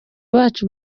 bacu